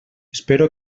espero